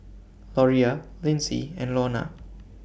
Loria Linsey and Lorna